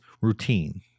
routine